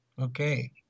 Okay